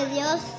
Dios